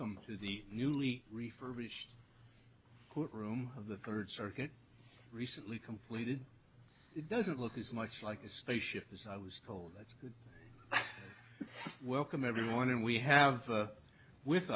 welcome to the newly refurbished court room of the third circuit recently completed it doesn't look as much like a space ship as i was told that's it welcome everyone and we have with